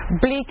bleak